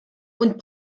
und